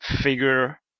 figure